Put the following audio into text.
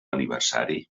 aniversari